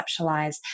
conceptualize